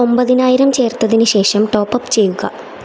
ഒമ്പതിനായിരം ചേർത്തതിന് ശേഷം ടോപ്പപ് ചെയ്യുക